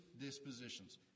dispositions